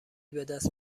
بدست